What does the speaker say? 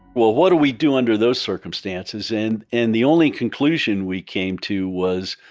well, what do we do under those circumstances? and and the only conclusion we came to was,